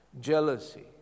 jealousy